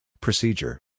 Procedure